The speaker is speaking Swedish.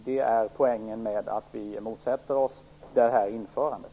Det är poängen med att vi motsätter oss det här införandet.